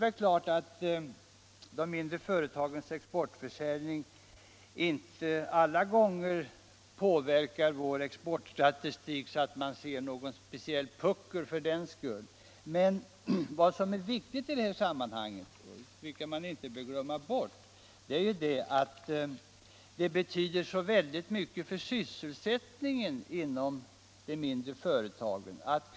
Även om de mindre företagens exportförsäljning inte alla gånger ger påtagligt utslag i vårt lands exportstatistik, är det viktigt att inte glömma bort att exportbeställningarna betyder mycket för sysselsättningen i de mindre företagen.